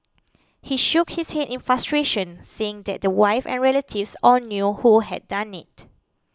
he shook his head in frustration saying that the wife and relatives all knew who had done it